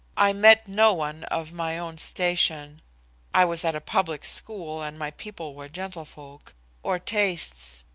i met no one of my own station i was at a public school and my people were gentlefolk or tastes.